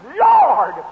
Lord